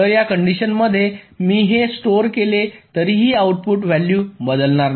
तर या कंडिशन मध्ये मी हे स्टोअर केले तरीही आउटपुट व्हॅल्यू बदलणार नाही